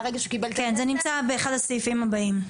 זה נמצא באחד הסעיפים הבאים.